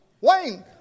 Wayne